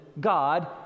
God